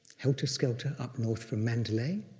helter skelter up north from mandalay.